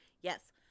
Yes